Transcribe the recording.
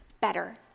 better